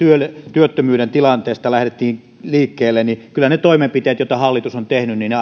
työttömyyden tilanteesta lähdettiin liikkeelle ne toimenpiteet joita hallitus on tehnyt